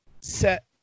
set